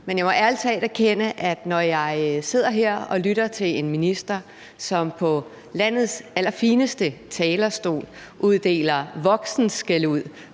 men jeg må ærlig talt erkende, at når jeg sidder her og lytter til en minister, som på landets allerfineste talerstol uddeler voksenskældud,